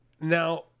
Now